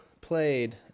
played